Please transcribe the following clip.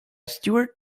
stuart